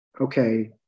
okay